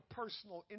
personal